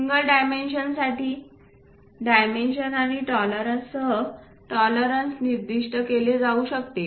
single dimension साठी dimension आणि tolerance सह टॉलरन्स निर्दिष्ट केले जाऊ शकते